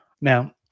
Now